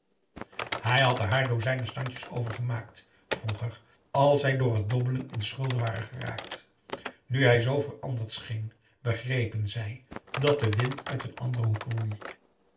hij had er haar dozijnen standjes over gemaakt vroeger als zij door het dobbelen in schulden waren geraakt nu hij zoo veranderd scheen begrepen zij dat de wind uit een anderen hoek woei